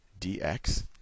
dx